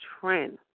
trend